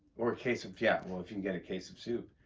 or a case of yeah, well, if you can get a case of soup.